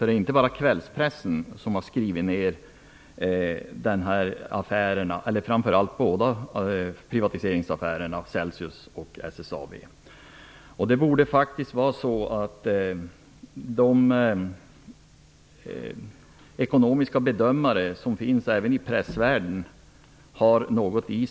Det är inte bara kvällspressen som har skrivit ner de båda privatiseringsaffärerna, försäljningen av Celsius respektive SSAB. Det borde faktiskt vara något värde i vad de ekonomiska bedömare som finns inom pressvärlden säger.